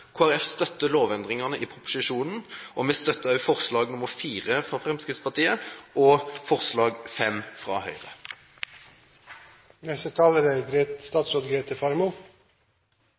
støtter lovendringene i proposisjonen. Vi støtter også forslag nr. 4, fra Fremskrittspartiet, og forslag nr. 5, fra Høyre.